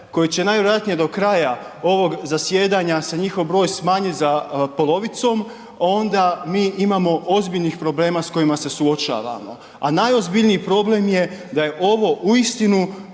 koji će najvjerojatnije dok kraja ovog zasjedanja se njihovog smanjiti za polovicom, onda mi imamo ozbiljnih problema s kojima se suočavamo a najozbiljniji problem je da je ovo uistinu